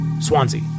Swansea